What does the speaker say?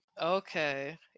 okay